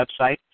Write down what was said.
website